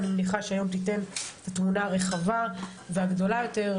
אני מניחה שהיום תיתן את התמונה הרחבה והגדולה יותר,